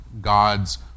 God's